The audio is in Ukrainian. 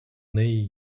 неї